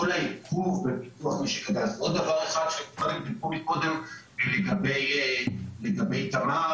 עוד דבר אחד לגבי תמר